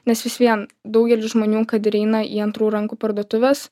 nes vis vien daugelis žmonių kad ir eina į antrų rankų parduotuves